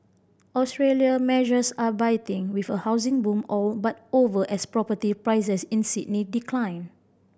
Australia measures are biting with a housing boom all but over as property prices in Sydney decline